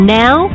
now